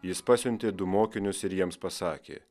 jis pasiuntė du mokinius ir jiems pasakė